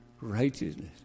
righteousness